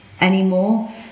anymore